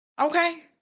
Okay